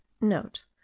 note